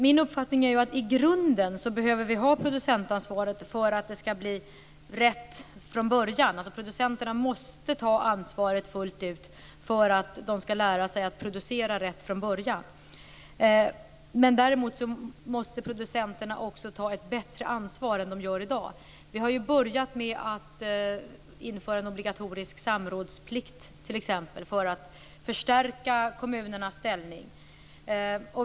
Min uppfattning är att vi i grunden behöver ha producentansvaret för att det skall bli rätt från början. Producenterna måste alltså fullt ut ta ansvar. Det gäller att lära sig att producera rätt från början. Producenterna måste också ta ett bättre ansvar än de i dag gör. Vi har ju fått en början genom införandet av obligatorisk samrådsplikt t.ex.; detta för att förstärka kommunernas ställning.